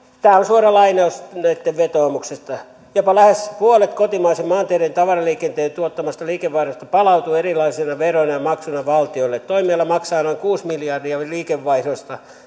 tämä on suora lainaus näitten vetoomuksesta jopa lähes puolet kotimaisen maanteiden tavaraliikenteen tuottamasta liikevaihdosta palautuu erilaisina veroina ja maksuina valtiolle toimiala maksaa noin kuuden miljardin liikevaihdosta